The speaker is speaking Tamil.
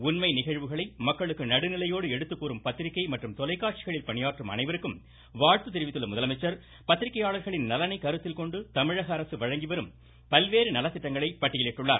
உண்மை நிகழ்வுகளை மக்களுக்கு நடுநிலையோடு எடுத்துக்கூறும் பத்திரிக்கை மற்றும் தொலைக்காட்சிகளில் பணியாற்றும் அனைவருக்கும் வாழ்த்து தெரிவித்துள்ள முதலமைச்சர் பத்திரிக்கையாளர்களின் நலனை கருத்தில்கொண்டு தமிழகஅரசு வழங்கிவரும் பல்வேறு நலத்திட்டங்களை பட்டியலிட்டுள்ளார்